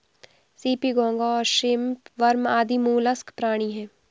CP, घोंगा और shrimp worm आदि मौलास्क प्राणी हैं